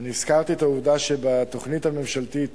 ואני הזכרתי את העובדה שבתוכנית הממשלתית